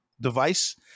device